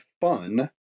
fun